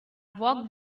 walked